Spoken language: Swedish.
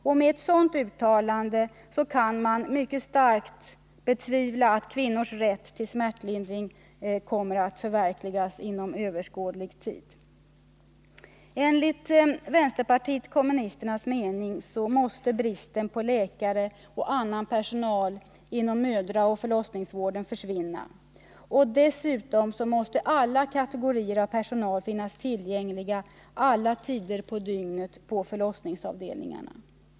Och med ett sådant uttalande kan man mycket starkt betvivla att kvinnors rätt till smärtlindring kommer att förverkligas inom överskådlig tid. Enligt vänsterpartiet kommunisternas mening måste bristen på läkare och annan personal inom mödraoch förlossningsvården försvinna, och dessutom måste alla kategorier av personal finnas tillgängliga alla tider på dygnet på förlossningsavdelningarna.